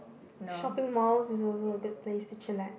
shopping mall is also a good place to chillax